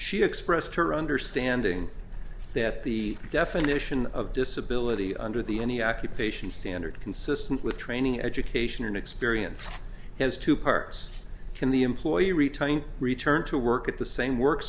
she expressed her understanding that the definition of disability under the any occupation standard consistent with training education and experience has two parts can the employee return to work at the same work